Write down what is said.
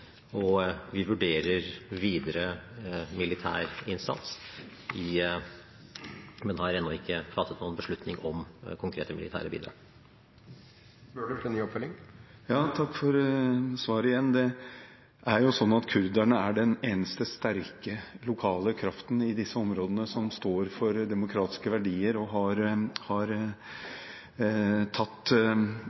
Vi vurderer videre militær innsats, men har ennå ikke fattet noen beslutning om konkrete militære bidrag. Igjen takk for svaret. Det er jo sånn at kurderne er den eneste sterke lokale kraften i disse områdene som står for demokratiske verdier, og som har tatt